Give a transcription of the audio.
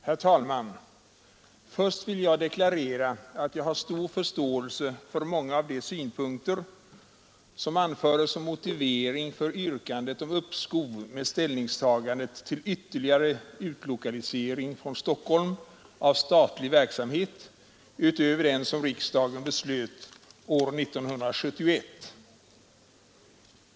Herr talman! Jag vill först deklarera att jag har stor förståelse för många av de synpunkter som anförts som motivering för yrkandet om uppskov med ställningstagandet till ytterligare utlokalisering från Stockholm av statlig verksamhet utöver den som riksdagen beslöt år 1971.